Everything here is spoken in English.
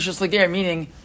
meaning